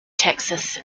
texas